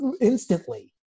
instantly